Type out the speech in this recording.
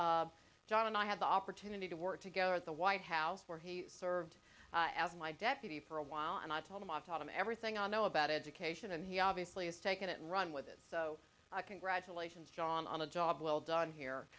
are john and i had the opportunity to work together at the white house where he served as my deputy for a while and i told him on top of everything i know about education and he obviously has taken it and run with it so congratulations john on a job well done here